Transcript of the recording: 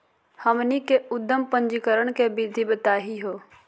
हमनी के उद्यम पंजीकरण के विधि बताही हो?